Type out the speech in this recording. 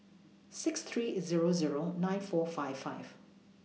six three Zero Zero nine four five five